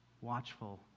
watchful